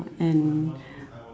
and